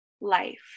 life